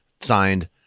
Signed